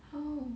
how